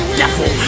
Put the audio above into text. devil